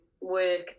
work